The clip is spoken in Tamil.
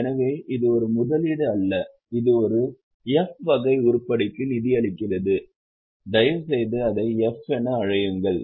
எனவே இது ஒரு முதலீடு அல்ல இது ஒரு f வகை உருப்படிக்கு நிதியளிக்கிறது தயவுசெய்து அதை f எனக் அழையுங்கள்